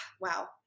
wow